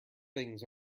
things